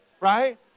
right